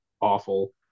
awful